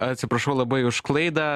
atsiprašau labai už klaidą